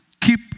keep